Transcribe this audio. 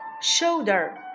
shoulder